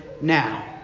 now